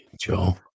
Joe